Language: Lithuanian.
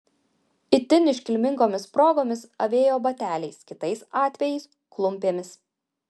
itin iškilmingomis progomis avėjo bateliais kitais atvejais klumpėmis